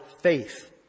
faith